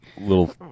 little